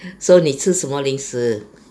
so 你吃什么零食